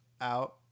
out